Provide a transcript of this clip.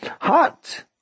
hot